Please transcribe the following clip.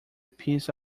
piece